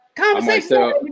Conversation